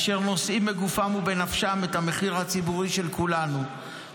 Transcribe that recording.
אשר נושאים בגופם ובנפשם את המחיר הציבורי של כולנו.